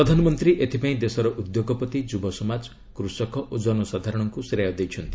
ପ୍ରଧାନମନ୍ତ୍ରୀ ଏଥିପାଇଁ ଦେଶର ଉଦ୍ୟୋଗପତି ଯୁବସମାଜ କୃଷକ ଓ ଜନସାଧାରଣଙ୍କୁ ଶ୍ରେୟ ଦେଇଛନ୍ତି